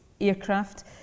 Aircraft